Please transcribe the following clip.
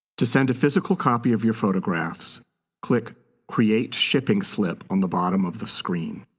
to send a physical copy of your photographs click create shipping slip on the bottom of the screen.